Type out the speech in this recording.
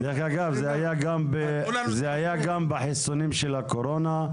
זה היה גם בחיסונים של הקורונה.